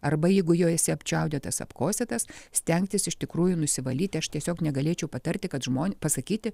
arba jeigu jau esi apčiaudėtas atkosėtas stengtis iš tikrųjų nusivalyti aš tiesiog negalėčiau patarti kad žmon pasakyti